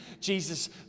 Jesus